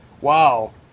wow